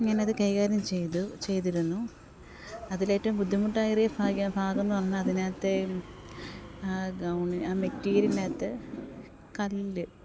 ഞാൻ അത് കൈകാര്യം ചെയ്തു ചെയ്തിരുന്നു അതിൽ ഏറ്റവും ബുദ്ധിമുട്ടായിറിയ ഭാഗ്യം ഭാഗം എന്ന് പറഞ്ഞാൽ അതിനകത്തെ ആ ഗൗണിന് ആ മെറ്റീരിയിലനകത്തെ കല്ല്